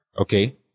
okay